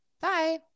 Bye